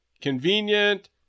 convenient